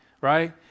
right